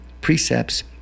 precepts